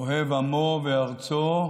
אוהב עמו וארצו,